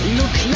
look